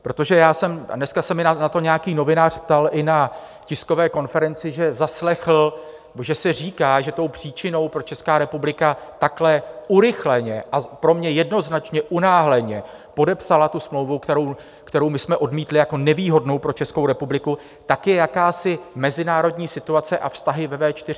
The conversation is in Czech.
Protože já jsem, a dneska se mě na to nějaký novinář ptal i na tiskové konferenci, že zaslechl, že se říká, že tou příčinou, proč Česká republika takhle urychleně a pro mě jednoznačně unáhleně podepsala tu smlouvu, kterou my jsme odmítli jako nevýhodnou pro Českou republiku, tak je jakási mezinárodní situace a vztahy ve V4.